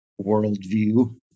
worldview